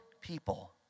people